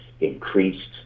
increased